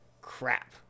Crap